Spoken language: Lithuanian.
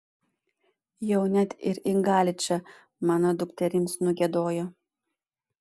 jau net ir į galičą mano dukterims nugiedojo